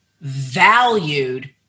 valued